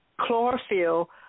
chlorophyll